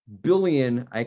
billion